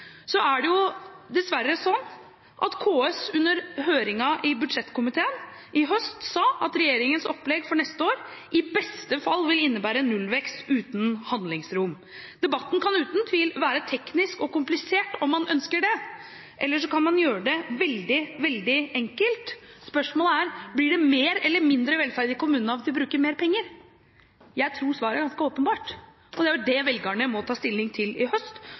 er det dessverre sånn at KS under budsjetthøringen i komiteen i høst sa at regjeringens opplegg for neste år i beste fall vil innebære nullvekst uten handlingsrom. Debatten kan uten tvil være teknisk og komplisert om man ønsker det. Eller så kan man gjøre det veldig, veldig enkelt. Spørsmålet er: Blir det mer eller mindre velferd i kommunene av at vi bruker mer penger? Jeg tror svaret er ganske åpenbart. Og det er det velgerne må ta stilling til i høst: